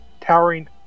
towering